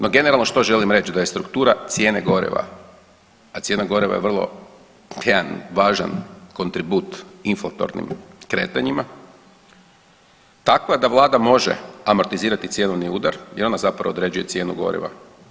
Ma generalno što želim reći, da je struktura cijene goriva, a cijena goriva je vrlo jedan važan kontribut inflatorni kretanjima, takva da vlada može amortizirati cjenovni udar i ona zapravo određuje cijenu goriva.